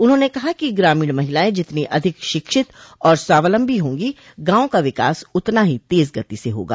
उन्होंने कहा कि ग्रामीण महिलाएं जितनी अधिक शिक्षित और स्वावलम्बी होंगी गांव का विकास उतना ही तेज गति से होगा